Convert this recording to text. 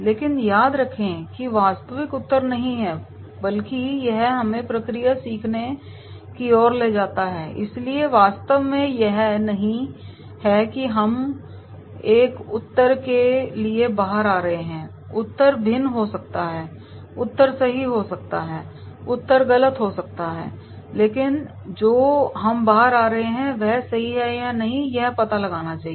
लेकिन याद रखें कि यह वास्तविक उत्तर नहीं है बल्कि यह हमे प्रक्रिया सीखने की ओर ले जाती है इसलिए वास्तव में यह नहीं है कि हम एक उत्तर के लिए बाहर आ रहे हैं उत्तर भिन्न हो सकता है उत्तर सही हो सकता है उत्तर गलत हो सकता है लेकिन जो हम बाहर आ रहे हैं वह सही है या नहीं यह पता लगाना है